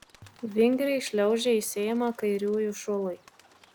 vingriai šliaužia į seimą kairiųjų šulai